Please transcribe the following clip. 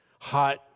hot